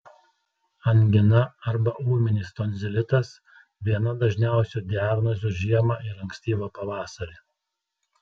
angina arba ūminis tonzilitas viena dažniausių diagnozių žiemą ir ankstyvą pavasarį